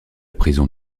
prison